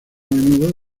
menudo